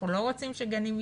אנחנו לא רוצים שגנים ייסגרו,